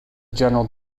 general